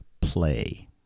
play